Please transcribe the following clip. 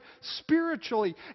spiritually